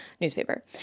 newspaper